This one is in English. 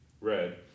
red